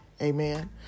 Amen